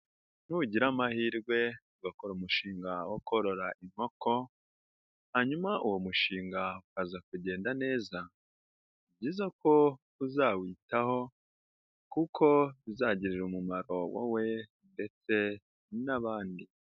Nugira amahirwe ugakora umushinga wo korora inkoko ,hanyuma uwo mushinga ukaza kugenda neza, ni byiza ko uzawitaho kuko bizagirira umumaro wowe ndetse n'abandi.